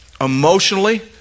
emotionally